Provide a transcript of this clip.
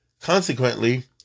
Consequently